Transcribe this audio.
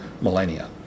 millennia